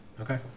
Okay